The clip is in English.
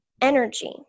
energy